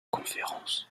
conférence